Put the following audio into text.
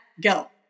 go